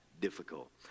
difficult